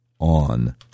on